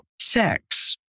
sex